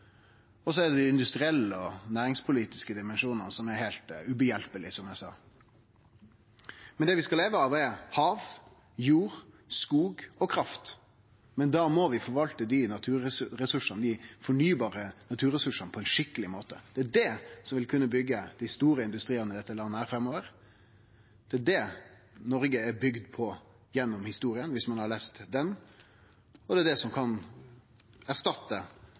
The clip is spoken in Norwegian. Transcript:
Så er det dei industrielle og næringspolitiske dimensjonane, som er heilt hjelpelause, som eg sa. Det vi skal leve av, er hav, jord, skog og kraft, men da må vi forvalte dei fornybare naturressursane på ein skikkeleg måte. Det er det som vil kunne byggje dei store industriane i dette landet framover, det er det Noreg er bygd på opp igjennom historia, viss ein har lese ho, og det er det som kan erstatte